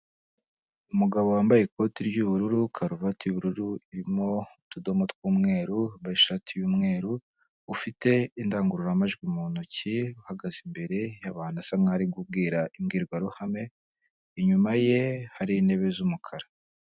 Umugabo wambaye ikoti ry'ubururu, karuvati y'ubururu irimo utudomo tw'umweru, wambaye ishati y'umweru, ufite indangururamajwi mu ntoki uhagaze, imbere y'abantu asa nk'aho ari kubwira imbwirwaruhame, inyuma ye hari intebe z'umukara.